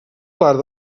part